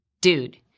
Dude